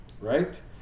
Right